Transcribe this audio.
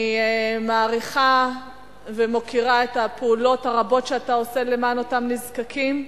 אני מעריכה ומוקירה את הפעולות הרבות שאתה עושה למען אותם נזקקים,